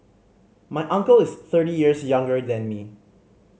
my uncle is thirty years younger than me